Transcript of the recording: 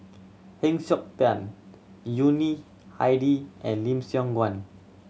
Heng Siok Tian Yuni Hadi and Lim Siong Guan